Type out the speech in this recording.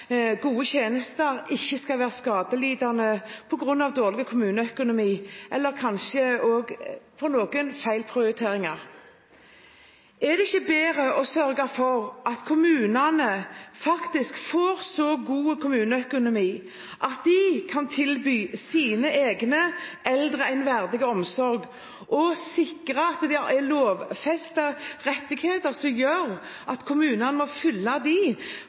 gode tjenester, ikke skal bli skadelidende på grunn av dårlig kommuneøkonomi eller kanskje også – for noen – feil prioriteringer. Er det ikke bedre å sørge for at kommunene faktisk får så god kommuneøkonomi at de kan tilby sine egne eldre en verdig omsorg, og sikre at der er lovfestede rettigheter som kommunene må følge opp for å få de